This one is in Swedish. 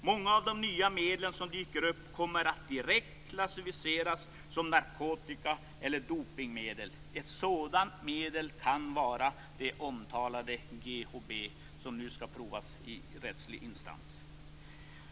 Många av de nya medel som dyker upp kommer att direkt klassificeras som narkotika eller dopningsmedel. Ett sådant medel kan vara det omtalade GHB, som nu skall provas i rättslig instans.